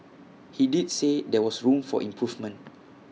he did say there was room for improvement